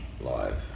live